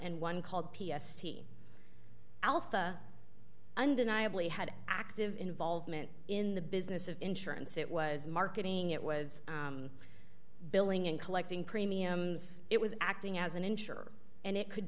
and one called p s t alpha undeniably had active involvement in the business of insurance it was marketing it was billing and collecting premiums it was acting as an insurer and it could